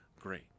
great